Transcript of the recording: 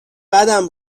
بدم